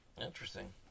Interesting